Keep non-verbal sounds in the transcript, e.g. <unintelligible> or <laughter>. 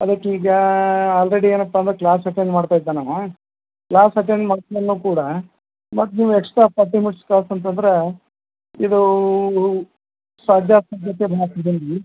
ಅದಕ್ಕೆ ಈಗ ಆಲ್ರೆಡಿ ಏನಪ್ಪಾ ಅಂದ್ರೆ ಕ್ಲಾಸ್ ಅಟೆಂಡ್ ಮಾಡ್ತ ಇದ್ದಾನೆ ಅವ ಕ್ಲಾಸ್ ಅಟೆಂಡ್ ಮಾಡಿದ್ಮೇಲೂ ಕೂಡ ಮತ್ತೆ ನೀವು ಎಕ್ಸ್ಟ್ರಾ ಫಾರ್ಟಿ ಮಿನಿಟ್ಸ್ ಕಳ್ಸು ಅಂತಂದ್ರೆ ಇದು ಸಾಧ್ಯ <unintelligible>